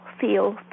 feel